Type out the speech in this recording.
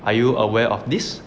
are you aware of this